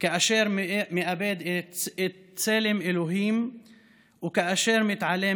כאשר הוא מאבד את צלם אלוהים וכאשר מתעלם